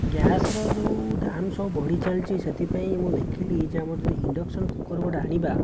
ଗ୍ୟାସ୍ର ଯେଉଁ ଦାମ ସବୁ ବଢ଼ି ଚାଲିଛି ସେଥିପାଇଁ ମୁଁ ଦେଖିଲି ଯେ ଆମର ଯଦି ଇଣ୍ଡକ୍ସନ କୁକର ଗୋଟିଏ ଆଣିବା